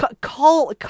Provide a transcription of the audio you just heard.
call